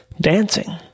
dancing